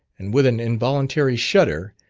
and with an involuntary shudder,